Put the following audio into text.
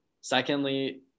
secondly